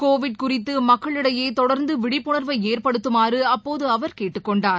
Covid குறித்துமக்களிடையேதொடர்ந்துவிழிப்புணர்வைஏற்படுத்தமாறுஅப்போதுஅவர் கேட்டுக்கொண்டார்